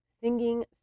singing